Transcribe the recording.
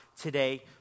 today